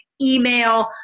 email